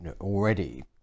already